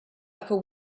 upper